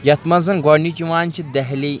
یَتھ منٛز زَن گۄڈٕنِچ یِوان چھِ دہلی